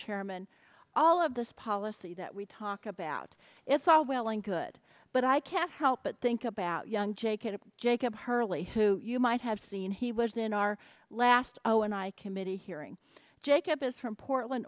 chairman all of this policy that we talk about it's all well and good but i can't help but think about young jacob jacob hurley who you might have seen he was in our last hour and i committee hearing jacob is from portland